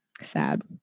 sad